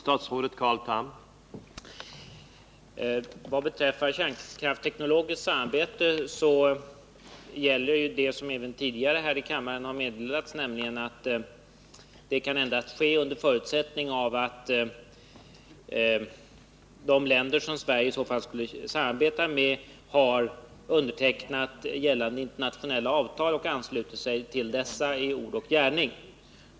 Herr talman! Vad beträffar kärnkraftsteknologiskt samarbete gäller det som tidigare har meddelats här i kammaren, nämligen att sådant samarbete kan ske endast under förutsättning att de länder som Sverige i så fall skulle samarbeta med har undertecknat gällande internationella avtal och anslutit sig till dessa i ord och gärning.